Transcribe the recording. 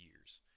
years